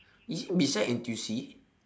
is it beside N_T_U_C